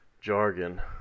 jargon